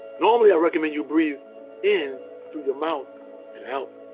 normally i recommend you breathe in through your mouth and out